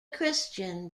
christian